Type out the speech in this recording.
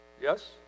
Yes